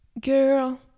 girl